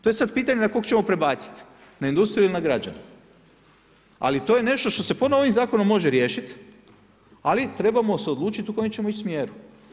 To je sada pitanje na koga ćemo prebaciti na industriju ili na građene, ali to je nešto što se ponovo ovim zakonom može riješit, ali trebamo se odlučiti u kojem ćemo ići smjeru.